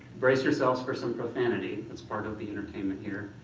brace yourselves for some profanity, that's part of the entertainment here.